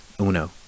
Uno